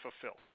fulfill